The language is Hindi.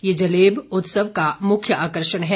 ये जलेब उत्सव का मुख्य आकर्षण है